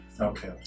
Okay